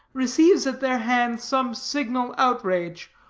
receives at their hand some signal outrage,